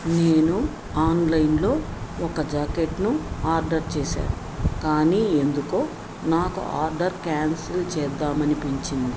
నేను ఆన్లైన్లో ఒక జాకెట్ను ఆర్డర్ చేసాను కానీ ఎందుకో నాకు ఆర్డర్ క్యాన్సిల్ చేద్దామనిపించింది